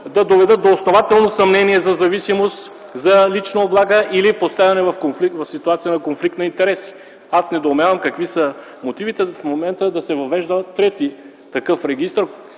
да доведат до основателно съмнение за зависимост, за лична облага или поставяне в ситуация на конфликт на интереси. Аз недоумявам какви са мотивите в момента да се въвежда трети такъв регистър